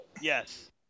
Yes